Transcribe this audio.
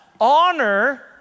honor